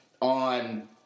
on